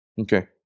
Okay